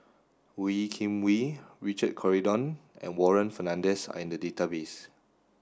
Wee Kim Wee Richard Corridon and Warren Fernandez are in the database